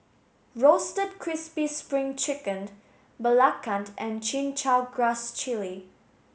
roasted crispy spring chicken Belacan and Chin Chow Grass Jelly